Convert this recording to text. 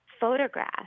photograph